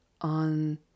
on